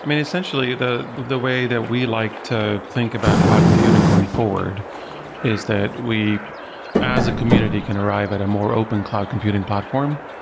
essentially, the the way that we like to think about cloud computing going forward is that we as a community can arrive at a more open cloud computing platform,